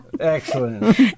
Excellent